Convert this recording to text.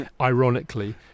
ironically